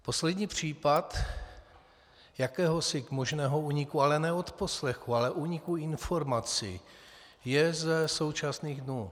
Poslední případ jakéhosi možného úniku, ne odposlechů, ale úniku informací je ze současných dnů.